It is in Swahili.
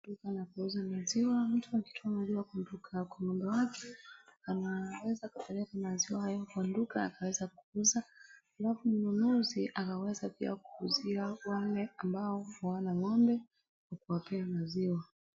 Duka la kuuza maziwa mtu akitoka duka la kununua anaweza kupeleka maziwa kwa duka na akaweza kuuza na mnunuzi anaweza pia kuuziwa wale ambao hawana ng'ombe kuwapee maziwa.